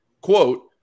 quote